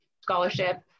scholarship